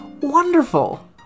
wonderful